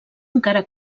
encara